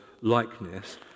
likeness